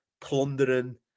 plundering